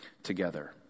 together